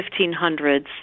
1500s